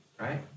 Right